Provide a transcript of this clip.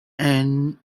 and